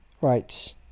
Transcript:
right